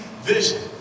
vision